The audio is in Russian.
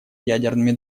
ядерными